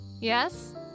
Yes